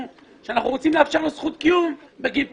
שאנחנו רוצים לאפשר לו זכות קיום בגין פרסום.